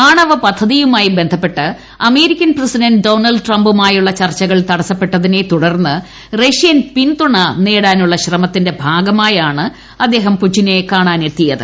ആണവ പദ്ധതിയുമായി ബന്ധപ്പെട്ട് അമേളിക്ക്ൻ പ്രസിഡന്റ് ഡോണൾഡ് ട്രംപുമായുള്ള ചർച്ചകൾ തിട്സുപ്പെട്ടതിനെ തുടർന്ന് റഷ്യൻ പിന്തുണ നേടാനുള്ള ശ്രമര്ത്തിന്റെ ഭാഗമായാണ് അദ്ദേഹം പുടിനെ കാണാനെത്തിയത്